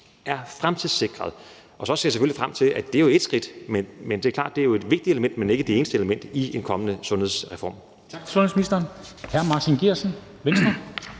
er fremtidssikret. Det ser jeg selvfølgelig frem til, men det er jo et skridt. Det er klart, at det jo er et vigtigt element, men ikke det eneste element i en kommende sundhedsreform.